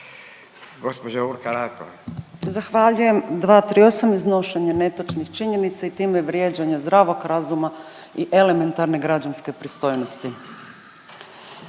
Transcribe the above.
Urša (Možemo!)** Zahvaljujem. 238, iznošenje netočnih činjenica i time vrijeđanje zdravog razuma i elementarne građanske pristojnosti.